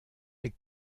est